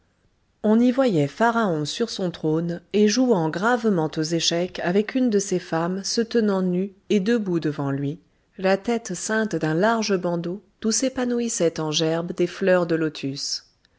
on y voyait le pharaon sur son trône et jouant gravement aux échecs avec une de ses femmes se tenant nue et debout devant lui la tête ceinte d'un large bandeau d'où s'épanouissaient en gerbe des fleurs de lotus